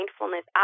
mindfulness